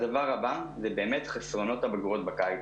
הדבר הבא הוא חסרונות הבגרויות בקיץ.